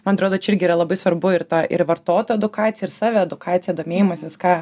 man atrodo čia irgi yra labai svarbu ir ta ir vartoto edukacija ir saviedukacija domėjimasis ką